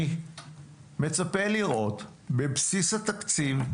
אני מצפה לראות בבסיס התקציב,